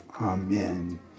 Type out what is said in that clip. Amen